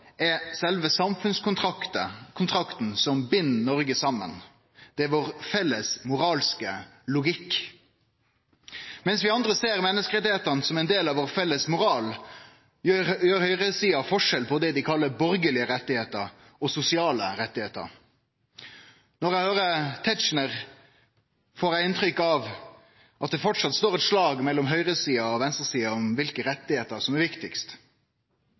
er sjølve samfunnskontrakten som bind Noreg saman. Ho er vår felles moralske logikk. Mens vi andre ser på menneskerettane som ein del av vår felles moral, gjer høgresida forskjell på det dei kallar borgarlege rettar og sosiale rettar. Når eg høyrer Tetzschner, får eg inntrykk av at det framleis står eit slag mellom høgresida og venstresida om kva for rettar som er viktigast.